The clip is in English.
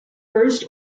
first